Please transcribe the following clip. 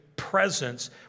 presence